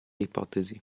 ipotesi